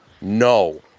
No